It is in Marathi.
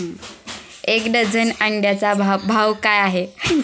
एक डझन अंड्यांचा भाव काय आहे?